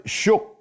shook